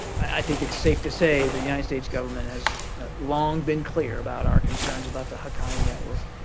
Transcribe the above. i think it's safe to say the united states government has long been clear about our concerns about the haqqani network